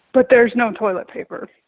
but there's no toilet paper.